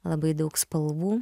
labai daug spalvų